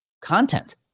content